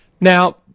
Now